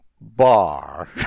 Bar